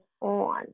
On